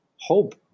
hope